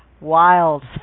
Wild